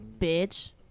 bitch